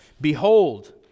behold